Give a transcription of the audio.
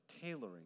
tailoring